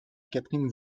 catherine